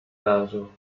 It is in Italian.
naso